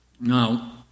Now